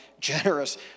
generous